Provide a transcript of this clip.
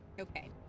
Okay